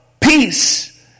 Peace